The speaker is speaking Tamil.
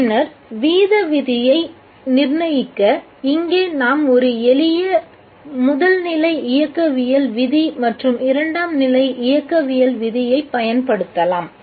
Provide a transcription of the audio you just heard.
பின்னர் வீத விதியை நிர்ணயிக்க இங்கே நாம் ஒரு எளிய முதல் நிலை இயக்கவியல் விதி மற்றும் இரண்டாம் நிலை இயக்கவியல் விதியைப் பயன்படுத்தலாம்